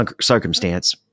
circumstance